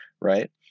right